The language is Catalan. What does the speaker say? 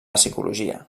psicologia